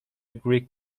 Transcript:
greek